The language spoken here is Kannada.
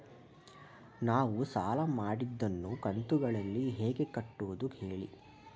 ನಾವು ಸಾಲ ಮಾಡಿದನ್ನು ಕಂತುಗಳಲ್ಲಿ ಹೇಗೆ ಕಟ್ಟುದು ಹೇಳಿ